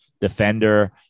defender